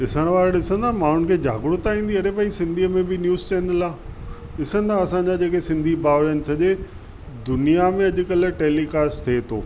ॾिसण वारा ॾिसंदा माण्हुनि खे जागरुकता ईंदी एॾे भई सिंधी में बि न्यूज़ चैनल आहे ॾिसंदा असांजा जेके सिंधी भाउरनि सॼे दुनिया में अॼुकल्ह टेलीकास्ट थिए थो